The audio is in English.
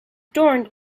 adorned